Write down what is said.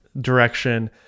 direction